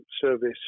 service